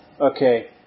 Okay